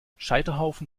scheiterhaufen